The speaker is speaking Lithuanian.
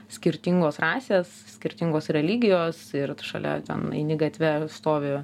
skirtingos rasės skirtingos religijos ir šalia ten eini gatve stovi